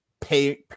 pay